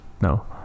No